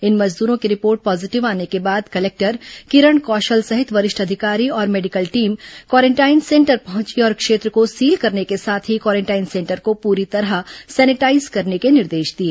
इन मजदूरो की report positive आने के बाद कलेक्टर किरण कौशल सहित वरिष्ठ अधिकारी और मेडिकल टीम क्वारेंटाइन सेंटर पहुंची और क्षेत्र को सील करने के साथ ही क्वारेंटाइन सेंटर को पूरी तरह सेनिटाईजर करने के निर्देश दिए